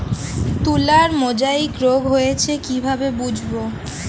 তুলার মোজাইক রোগ হয়েছে কিভাবে বুঝবো?